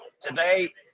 Today